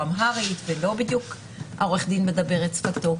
אמהרית ועורך הדין לא בדיוק דובר את שפתו,